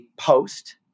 post